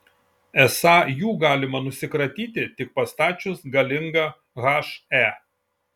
esą jų galima nusikratyti tik pastačius galingą he